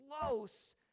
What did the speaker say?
close